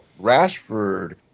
Rashford